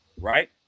Right